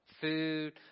Food